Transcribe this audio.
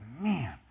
man